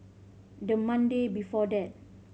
the Monday before that